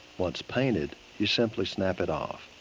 once painted, you simply snap it off.